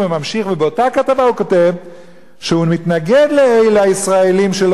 ובאותה כתבה הוא כותב שהוא מתנגד לישראלים שלא רוצים,